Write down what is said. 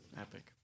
epic